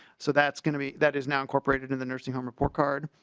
so that's going to be that is now incorporated in the nursing home report card.